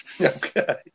Okay